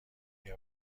بیا